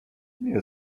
nie